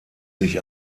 sich